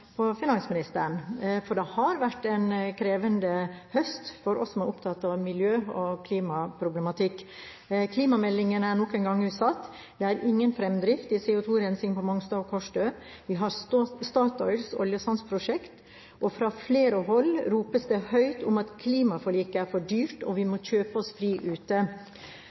finansministeren. Det har vært en krevende høst for oss som er opptatt av miljø- og klimaproblematikk. Klimameldingen er nok en gang utsatt. Det er ingen fremdrift i CO2-rensingen på Mongstad og Kårstø. Vi har Statoils oljesandprosjekt, og fra flere hold ropes det høyt om at klimaforliket er for dyrt, og at vi må kjøpe oss fri ute.